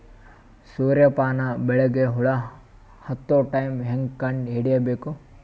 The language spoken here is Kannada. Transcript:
ಸೂರ್ಯ ಪಾನ ಬೆಳಿಗ ಹುಳ ಹತ್ತೊ ಟೈಮ ಹೇಂಗ ಕಂಡ ಹಿಡಿಯಬೇಕು?